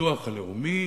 בביטוח הלאומי,